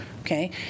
Okay